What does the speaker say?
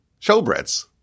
showbreads